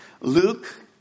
Luke